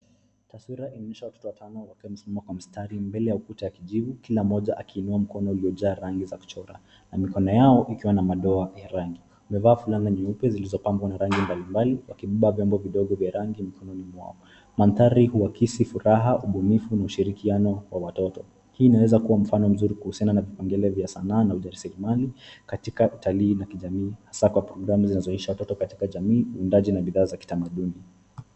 Taswira inaonyesha watoto watano wakiwa wamesimama kwa mstari mbele ya ukuta wa kijivu; kila mmoja akiinua mkono uliojaa rangi za kuchora na mikono yao ikiwa na madoa ya rangi. Wamevaa fulana nyeupe zilizopambwa na rangi mbalimbali wakibeba vyombo vidogo vya rangi mikononi mwao. Mandhari huakisi furaha, ubunifu na ushirikiano wa watoto. Hii inaweza kuwa mfano mzuri kuhusiana na vipengele vya sanaa na ujasirimali katika utalii la kijamii, haswa zinazozoesha watoto uundaji wa bidhaa za kitamaduni.